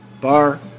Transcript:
bar